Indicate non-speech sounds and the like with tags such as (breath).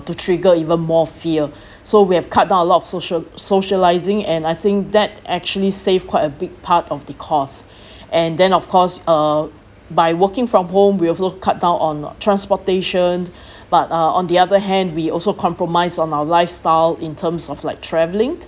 to trigger even more fear so we have cut down a lot of social~ socialising and I think that actually save quite a big part of the cost and then of course uh by working from home we've also cut down on transportation (breath) but uh on the other hand we also compromise on our lifestyle in terms of like travelling